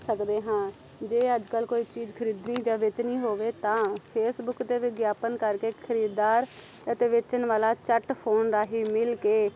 ਸਕਦੇ ਹਾਂ ਜੇ ਅੱਜ ਕੱਲ੍ਹ ਕੋਈ ਚੀਜ਼ ਖਰੀਦਣੀ ਜਾਂ ਵੇਚਣੀ ਹੋਵੇ ਤਾਂ ਫੇਸਬੁੱਕ 'ਤੇ ਵਿਗਿਆਪਨ ਕਰਕੇ ਖਰੀਦਦਾਰ ਅਤੇ ਵੇਚਣ ਵਾਲਾ ਝੱਟ ਫੋਨ ਰਾਹੀਂ ਮਿਲ ਕੇ